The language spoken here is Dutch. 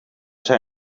zijn